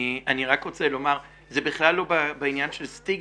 אני רק רוצה לומר זה בכלל לא בעניין של סטיגמה,